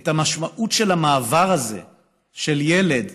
את המשמעות של המעבר הזה של ילד,